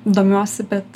domiuosi bet